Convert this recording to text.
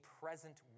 present